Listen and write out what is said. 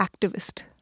activist